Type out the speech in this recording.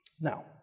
Now